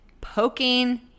poking